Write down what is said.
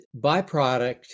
byproduct